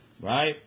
Right